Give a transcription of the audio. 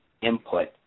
input